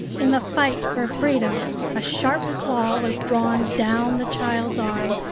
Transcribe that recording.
in the fight for freedom a sharp claw was drawn down the child's arm,